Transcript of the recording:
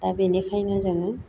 दा बेनिखायनो जोङो